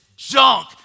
Junk